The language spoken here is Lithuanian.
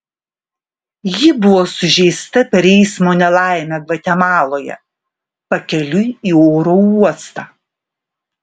ji buvo sužeista per eismo nelaimę gvatemaloje pakeliui į oro uostą